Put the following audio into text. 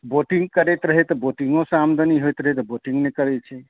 boating करैत रहै तऽ बोटिंगोसंँ आमदनी होयत रहै तऽ बोटिङ्ग नहि करैत छै